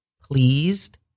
pleased